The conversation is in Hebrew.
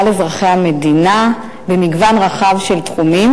אזרחי המדינה במגוון רחב של תחומים.